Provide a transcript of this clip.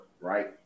right